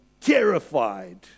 terrified